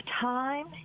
time